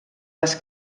les